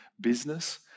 business